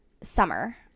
summer